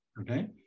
okay